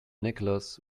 nicholas